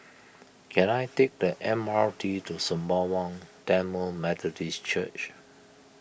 can I take the M R T to Sembawang Tamil Methodist Church